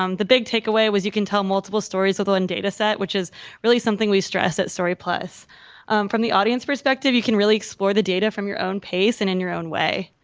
um the big takeaway was you can tell multiple stories with one data set, which is really something we stress at story, from the audience perspective, you can really explore the data from your own pace and in your own way.